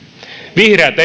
vihreät